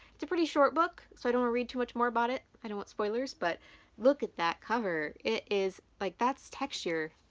it's a pretty short book, so i don't want to read too much more about it. i don't want spoilers, but look at that cover. it is like. that's texture.